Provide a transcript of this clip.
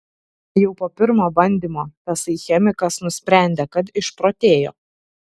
jau po pirmo bandymo tasai chemikas nusprendė kad išprotėjo